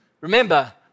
Remember